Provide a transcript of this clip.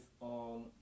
on